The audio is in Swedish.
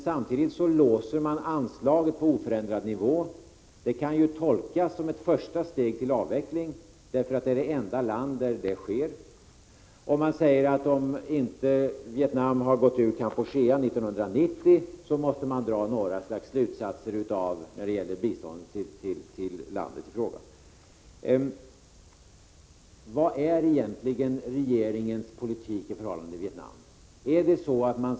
Samtidigt låser man anslaget på oförändrad nivå. Det kan ju tolkas som ett första steg till avveckling, eftersom Vietnam är det enda landet där detta sker. Man säger, att om Vietnam inte har gått ut ur Kampuchea 1990, måste man dra några slags slutsatser när det gäller biståndet till landet i fråga. Vad innebär egentligen regeringens politik i förhållande till Vietnam?